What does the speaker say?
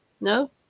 No